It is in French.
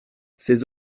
ces